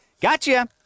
Gotcha